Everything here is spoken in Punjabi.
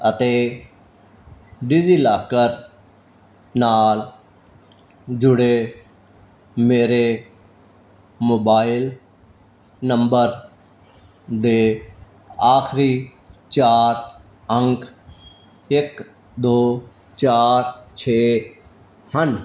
ਅਤੇ ਡਿਜੀਲਾਕਰ ਨਾਲ ਜੁੜੇ ਮੇਰੇ ਮੋਬਾਈਲ ਨੰਬਰ ਦੇ ਆਖਰੀ ਚਾਰ ਅੰਕ ਇੱਕ ਦੋ ਚਾਰ ਛੇ ਹਨ